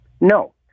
No